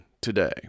today